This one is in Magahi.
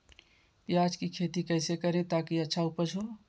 प्याज की खेती कैसे करें ताकि अच्छी उपज हो?